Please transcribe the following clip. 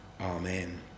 Amen